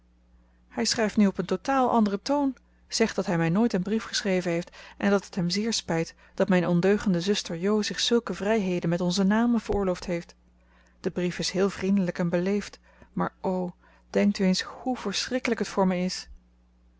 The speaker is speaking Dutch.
hij schrijft nu op een totaal anderen toon zegt dat hij mij nooit een brief geschreven heeft en dat het hem zeer spijt dat mijn ondeugende zuster jo zich zulke vrijheden met onze namen veroorloofd heeft de brief is heel vriendelijk en beleefd maar o denkt u eens hoe verschrikkelijk het voor me is